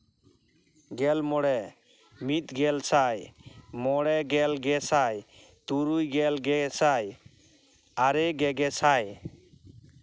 ᱜᱮᱞ ᱢᱚᱬᱮ ᱢᱤᱫ ᱜᱮᱞ ᱥᱟᱭ ᱢᱚᱬᱮ ᱜᱮᱞ ᱜᱮᱥᱟᱭ ᱛᱩᱨᱩᱭ ᱜᱮᱞ ᱜᱮᱥᱟᱭ ᱟᱨᱮ ᱜᱮᱜᱮᱥᱟᱭ